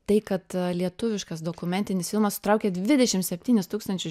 tai kad lietuviškas dokumentinis filmas sutraukė dvidešim septynis tūkstančius